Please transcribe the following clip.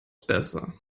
besser